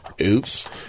Oops